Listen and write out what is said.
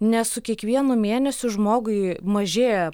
nes su kiekvienu mėnesiu žmogui mažėja